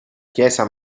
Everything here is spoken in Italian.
chiesa